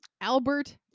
Albert